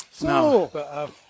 No